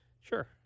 sure